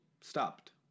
stopped